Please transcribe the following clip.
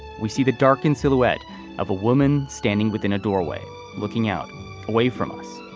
we see the darkened silhouette of a woman standing within a doorway looking out away from us